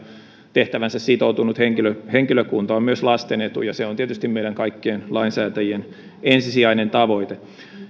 tehtäväänsä sitoutunut henkilökunta henkilökunta on myös lasten etu ja se on tietysti meidän kaikkien lainsäätäjien ensisijainen tavoite